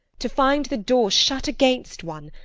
to find the door shut against one,